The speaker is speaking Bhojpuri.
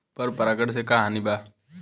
पर परागण से का हानि बा?